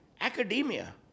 Academia